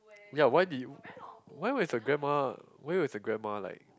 ya why did you why was her grandma why was her grandma like